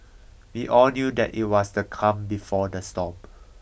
we all knew that it was the calm before the storm